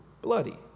bloody